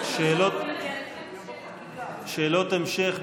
לשאלות המשך,